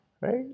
Right